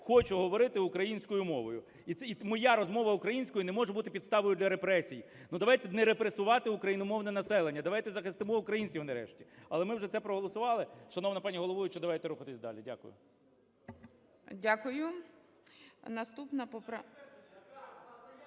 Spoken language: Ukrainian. хочу говорити українською мовою. І моя розмова українською не може бути підставою для репресій. Ну, давайте не репресувати україномовне населення, давайте захистимо українців нарешті. Але ми вже це проголосували. Шановна пані головуюча, давайте рухатися далі. Дякую.